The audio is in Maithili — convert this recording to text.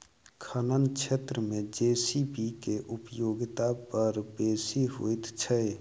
खनन क्षेत्र मे जे.सी.बी के उपयोगिता बड़ बेसी होइत छै